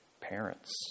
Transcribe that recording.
parents